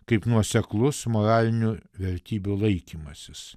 kaip nuoseklus moralinių vertybių laikymasis